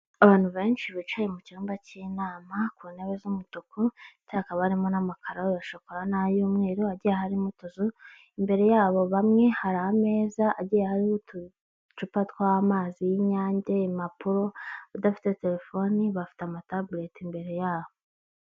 Abantu benshi bicaye mu cyumba k'inama ku ntebe z'umutuku ndetse hakaba harimo n'amakaro ya shokora n'ay'umweru agiye harimo utuzu imbere, yabo bamwe hari ameza agiye hariho uducupa tw'amazi y'inyange, impapuro undi afite telefone, bafite amatabureti mbere yabo.